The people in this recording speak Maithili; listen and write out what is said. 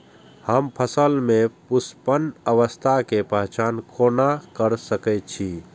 हम फसल में पुष्पन अवस्था के पहचान कोना कर सके छी?